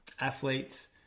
athletes